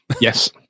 Yes